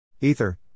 Ether